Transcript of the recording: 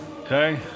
Okay